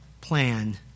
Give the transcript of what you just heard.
plan